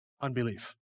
unbelief